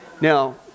now